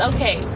Okay